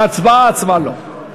להצבעה עצמה לא.